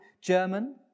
German